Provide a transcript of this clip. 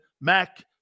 Mac